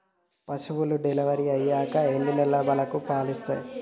పశువులు డెలివరీ అయ్యాక ఎన్ని నెలల వరకు పాలు ఇస్తాయి?